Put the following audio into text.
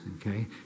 okay